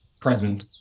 present